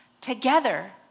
together